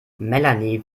melanie